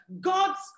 God's